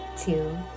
two